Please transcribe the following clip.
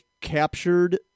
captured